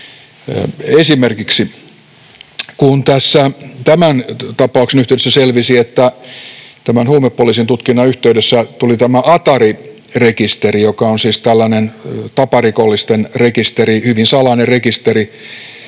Esimerkiksi: Kun tässä tämän tapauksen yhteydessä, tämän huumepoliisin tutkinnan yhteydessä, tuli tämä atari-rekisteri, joka on siis tällainen taparikollisten rekisteri, hyvin salainen rekisteri,